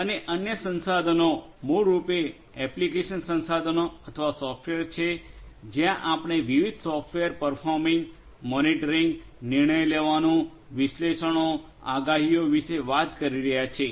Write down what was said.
અને અન્ય સંસાધનો મૂળરૂપે એપ્લિકેશન સંસાધનો અથવા સોફ્ટવેર છે જ્યાં આપણે વિવિધ સોફ્ટવેર પરફોર્મિંગ મોનિટરિંગ નિર્ણય લેવાનું વિશ્લેષણો આગાહીઓ વિશે વાત કરી રહ્યા છીએ